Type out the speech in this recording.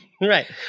Right